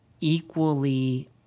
equally